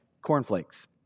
cornflakes